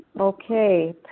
Okay